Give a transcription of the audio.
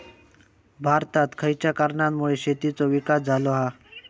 भारतात खयच्या कारणांमुळे शेतीचो विकास झालो हा?